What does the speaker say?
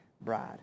bride